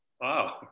Wow